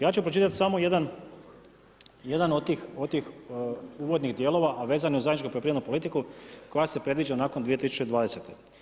Ja ću vam pročitat samo jedan od tih uvodnih dijelova, a vezano uz zajedničku poljoprivrednu politiku koja se predviđa nakon 2020.